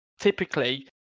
typically